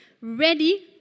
ready